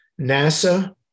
NASA